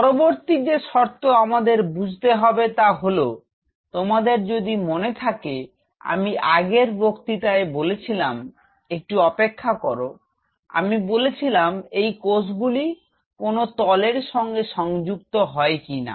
পরবর্তী যে শর্ত আমাদের বুঝতে হবে তা হল তোমাদের যদি মনে থাকে আমি আগের বক্তৃতায় বলেছিলাম একটু অপেক্ষা কর আমি বলেছিলাম এই কোষগুলি কোনও তলের সঙ্গে সংযুক্ত হয় কিনা